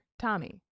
Tommy